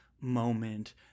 moment